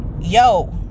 yo